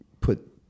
put